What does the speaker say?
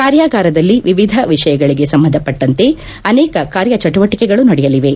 ಕಾರ್ಯಾಗಾರದಲ್ಲಿ ವಿವಿಧ ವಿಷಯಗಳಿಗೆ ಸಂಬಂಧಪಟ್ಟಂತೆ ಅನೇಕ ಕಾರ್ಯಚಟುವಟಿಕೆಗಳು ನಡೆಯಲಿವೆ